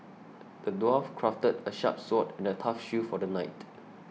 the dwarf crafted a sharp sword and a tough shield for the knight